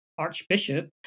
Archbishop